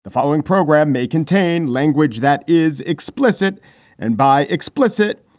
the following program may contain language that is explicit and by explicit,